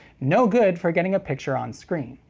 no good for getting a picture on screen.